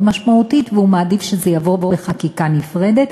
משמעותית והוא מעדיף שזה יעבור בחקיקה נפרדת.